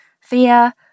fear